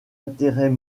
intérêts